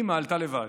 אימא עלתה לבד.